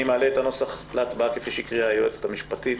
אני מעלה את הנוסח להצבעה כפי שהקריאה היועצת המשפטית.